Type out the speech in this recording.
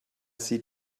sie